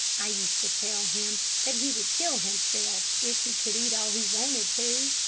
i used to tell him that he would kill himself if he could eat all he wanted to.